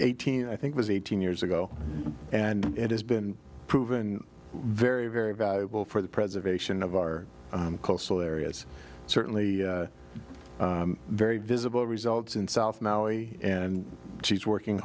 eighteen i think was eighteen years ago and has been proven very very valuable for the preservation of our coastal areas certainly very visible results in south maui and she's working